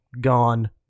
Gone